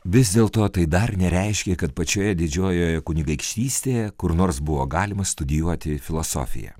vis dėlto tai dar nereiškia kad pačioje didžiojoje kunigaikštystėje kur nors buvo galima studijuoti filosofiją